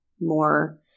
more